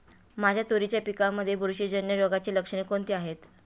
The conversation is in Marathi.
माझ्या तुरीच्या पिकामध्ये बुरशीजन्य रोगाची लक्षणे कोणती आहेत?